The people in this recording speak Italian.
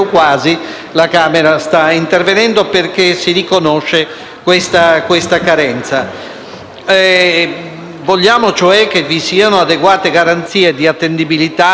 Vogliamo cioè che vi siano adeguate garanzie di attendibilità e di ufficialità nell'espressione delle volontà; che vi sia un'adeguata tutela della *privacy* e che